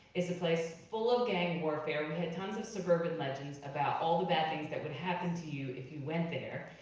it's a place full of gang warfare, we had tons of suburban legends about all the bad things that would happen to you if you went there.